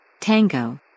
Tango